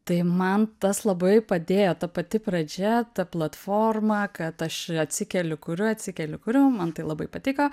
tai man tas labai padėjo ta pati pradžia ta platforma kad aš atsikeliu kuriu atsikeliu kuriu man tai labai patiko